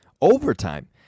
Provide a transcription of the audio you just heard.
Overtime